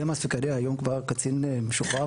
דמאס פיקדה היום כבר קצין משוחרר,